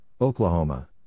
Oklahoma